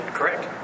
correct